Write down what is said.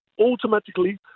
automatically